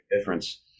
difference